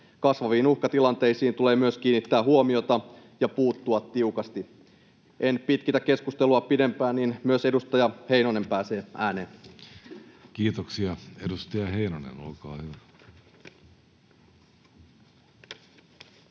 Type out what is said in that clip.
kasvaviin uhkatilanteisiin tulee kiinnittää huomiota ja puuttua tiukasti. En pitkitä keskustelua pidempään, että myös edustaja Heinonen pääsee ääneen. [Speech 7] Speaker: Jussi Halla-aho Party: